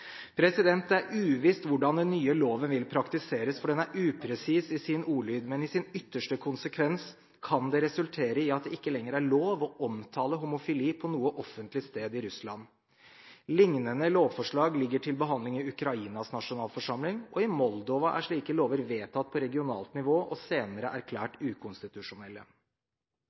Det er uvisst hvordan den nye loven vil praktiseres, for den er upresis i sin ordlyd. Men i sin ytterste konsekvens kan det resultere i at det ikke lenger er lov å omtale homofili på noe offentlig sted i Russland. Lignende lovforslag ligger til behandling i Ukrainas nasjonalforsamling, og i Moldova er slike lover vedtatt på regionalt nivå og senere erklært ukonstitusjonelle.